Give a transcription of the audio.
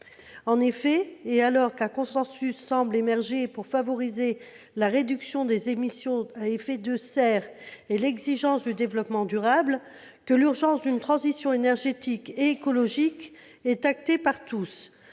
En effet, alors qu'un consensus semble émerger pour favoriser la réduction des émissions de gaz à effet de serre et l'exigence du développement durable, que l'urgence d'une transition énergétique écologique est actée par tous,